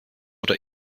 oder